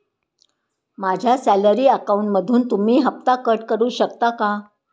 माझ्या सॅलरी अकाउंटमधून तुम्ही हफ्ता कट करू शकता का?